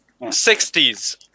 60s